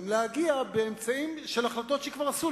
יוכלו להגיע באמצעים של החלטות שכבר עשו,